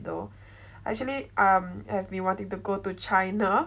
actually um have been wanting to go to china